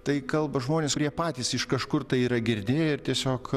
tai kalba žmonės kurie patys iš kažkur tai yra girdėję ir tiesiog